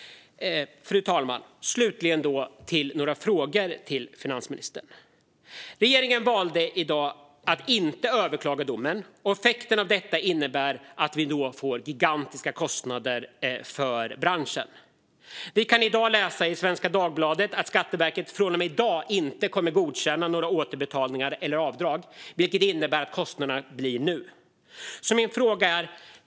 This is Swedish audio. Fru talman! Låt mig ställa några frågor till finansministern. Regeringen valde i dag att inte överklaga domen. Effekten av detta innebär gigantiska kostnader för branschen. I dagens Svenska Dagbladet står det att Skatteverket från och med i dag inte kommer att godkänna några återbetalningar eller avdrag, vilket innebär att kostnaderna uppstår nu.